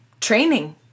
training